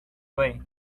way